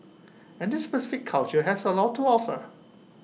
and this specific culture has A lot to offer